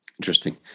Interesting